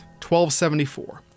1274